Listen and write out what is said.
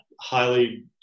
highly